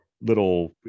little